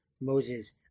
moses